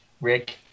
Rick